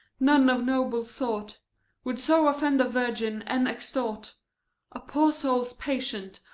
none of noble sort would so offend a virgin, and extort a poor soul's patience,